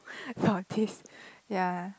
Dorothy's ya